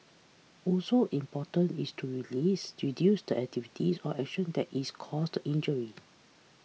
also important is to release reduce the activities or action that is causing the injury